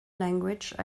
language